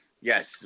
yes